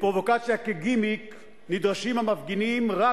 לפרובוקציה כגימיק נדרשים המפגינים רק